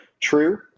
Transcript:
true